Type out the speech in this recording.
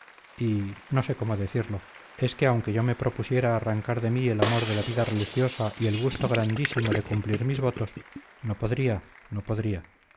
y no sé cómo decirlo es que aunque yo me propusiera arrancar de mí el amor de la vida religiosa y el gusto grandísimo de cumplir mis votos no podría no podría